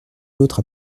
l’autre